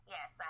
Yes